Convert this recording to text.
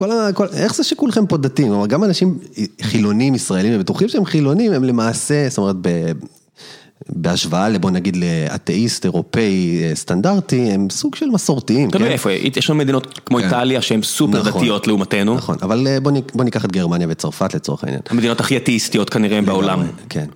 איך זה שכולכם פה דתיים? גם אנשים חילונים ישראלים, הם בטוחים שהם חילונים, הם למעשה, זאת אומרת בהשוואה לבוא נגיד לאתאיסט אירופאי סטנדרטי, הם סוג של מסורתיים. איפה, יש עוד מדינות כמו איטליה שהן סופר דתיות לעומתנו. נכון, נכון, אבל בוא ניקח את גרמניה וצרפת לצורך העניין. המדינות הכי אתאיסטיות כנראה הם בעולם. כן.